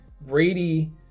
Brady